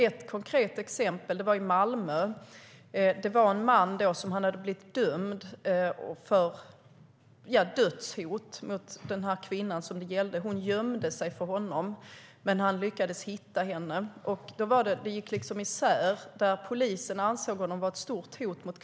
Ett konkret exempel var i Malmö, där en man hade blivit dömd för dödshot mot den kvinna som det gällde. Bedömningarna gick isär - polisen ansåg honom vara ett stort hot mot kvinnan, medan domstolen ansåg att han inte var det.